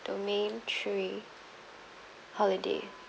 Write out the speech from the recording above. domain three holiday